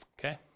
okay